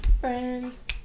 Friends